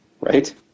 right